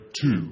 two